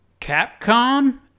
Capcom